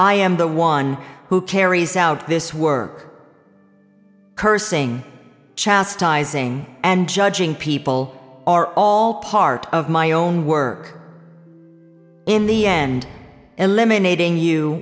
i am the one who carries out this work cursing chastising and judging people are all part of my own work in the end eliminating you